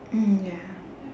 mm ya